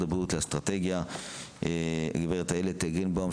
הבריאות לאסטרטגיה הגברת איילת גרינבאום.